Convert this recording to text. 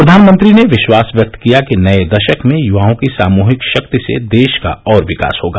प्रधानमंत्री ने विश्वास व्यक्त किया कि नए दशक में युवाओं की सामूहिक शक्ति से देश का और विकास होगा